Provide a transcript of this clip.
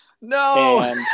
No